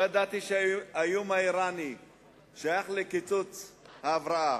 לא ידעתי שהאיום האירני שייך לקיצוץ ההבראה.